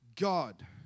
God